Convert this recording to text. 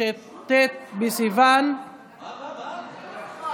חוק ומשפט לקריאה